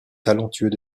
talentueux